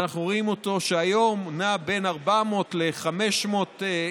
ואנחנו רואים שהיום הוא נע בין 400 ל-500 איש,